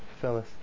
Phyllis